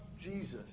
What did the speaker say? Jesus